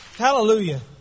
Hallelujah